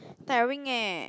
tiring eh